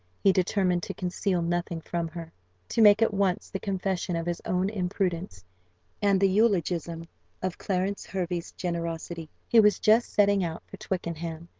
he determined to conceal nothing from her to make at once the confession of his own imprudence and the eulogium of clarence hervey's generosity. he was just setting out for twickenham,